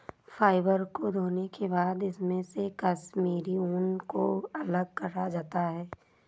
fibre को धोने के बाद इसमे से कश्मीरी ऊन को अलग करा जाता है